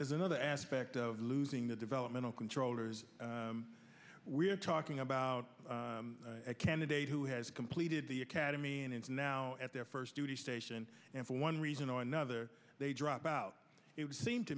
is another aspect of losing the developmental controllers we're talking about a candidate who has completed the academy and is now at their first duty station and for one reason or another they drop out it would seem to